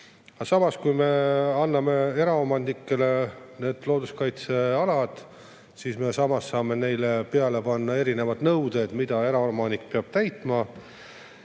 Aga kui me anname eraomanikele need looduskaitsealad, siis me saame neile peale panna erinevad nõuded, mida eraomanik peab täitma.